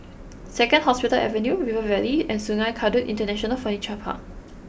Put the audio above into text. Second Hospital Avenue River Valley and Sungei Kadut International Furniture Park